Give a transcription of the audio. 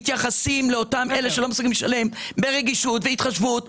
מתייחסים לאותם אלה שלא מסוגלים לשלם ברגישות והתחשבות,